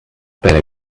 better